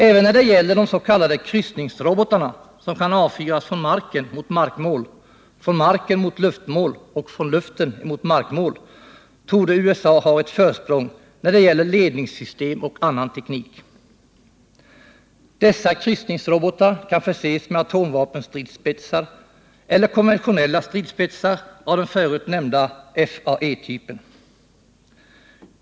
Även när det gäller de s.k. kryssningsrobotarna, som kan avfyras från marken mot markmål, från marken mot luftmål och från luften mot markmål, torde USA ha ett försprång i fråga om ledningssystem och annan teknik. Kryssningsrobotarna kan förses med atomvapenspetsar eller konventionella stridsspetsar av den förutnämnda FAE-typen.